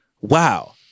wow